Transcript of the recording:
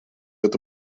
это